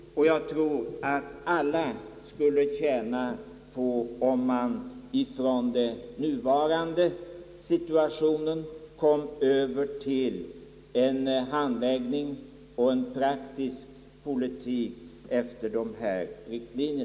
Jag tror att alla skulle tjäna på om vi från den nuvarande situationen kunde komma över till en handläggning och en praktisk politik efter dessa riktlinjer.